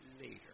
later